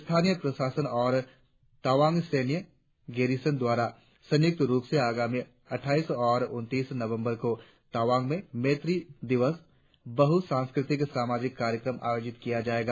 स्थानीय प्रसाशन और तवांग सैन्य गैरीसन द्वारा संयुक्त रुप से आगामी अटठाईस और उनतीस नवबंर को तवांग में मैत्री दिवस बहु सांस्कृतिक सामाजिक कार्यक्रम आयोजित किया जायेगा